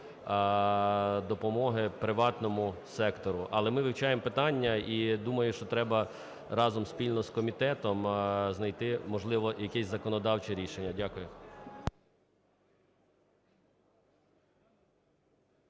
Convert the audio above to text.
допомоги приватному сектору. Але ми вивчаємо питання. І думаю, що треба разом спільно з комітетом знайти, можливо, якесь законодавче рішення. Дякую.